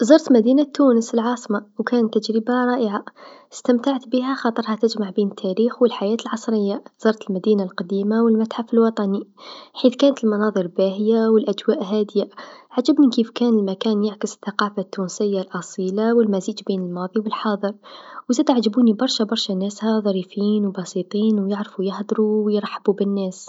زرت مدينة تونس العاصمه و كانت تجربه رائعه إستمتعب بيها خاطر تجمع بين التاريخ و الحياة العصريه، زرت المدينه القديمه و المتحف الوطني حيث كانت المناظر باهيا و الأجواء هاديا، عجبني كيف كان المكان يعكس الثقافه التونسه الأصيله و المزيج بين الماضي و الحاضر و زيد عجبوني برشا برشا ناسها ظريفين و بسيطين و يعرفو يهدرو و يرحبو بالناس.